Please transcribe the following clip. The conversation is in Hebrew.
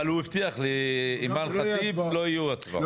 אבל הוא הבטיח לאימאן ח'טיב שלא יהיו הצבעות היום.